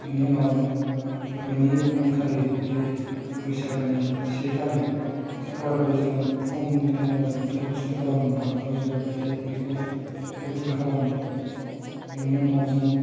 बेनि उनाव जों बिनि उनखालि जि बैसागोनि से खालि से खालार खालि जों फुंनि टाइमआव जों फ्लेग हसटिं खालामो बाथौनि जों फ्लेग बिकस फ्लेग हसटिं खालामो बिनि उनाव जों